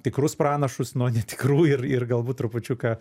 tikrus pranašus nuo netikrų ir ir galbūt trupučiuką